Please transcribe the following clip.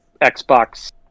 Xbox